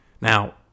now